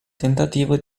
tentativo